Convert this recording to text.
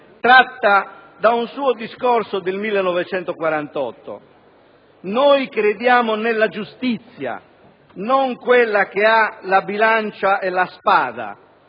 tratta da un discorso del 1948: «Noi crediamo nella giustizia, non quella che ha la bilancia e la spada,